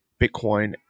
Bitcoin